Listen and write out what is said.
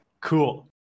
cool